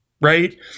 right